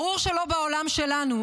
ברור שלא בעולם שלנו.